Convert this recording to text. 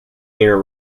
mere